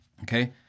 Okay